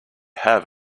have